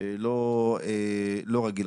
לא רגיל.